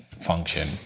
function